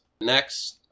Next